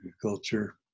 agriculture